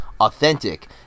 authentic